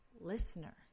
listener